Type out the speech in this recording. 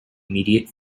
immediate